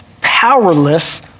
powerless